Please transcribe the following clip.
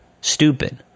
Stupid